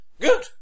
Good